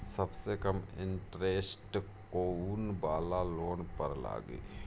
सबसे कम इन्टरेस्ट कोउन वाला लोन पर लागी?